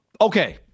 Okay